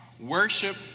Worship